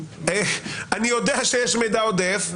אני יודע שיש מידע עודף,